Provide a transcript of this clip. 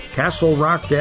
castlerock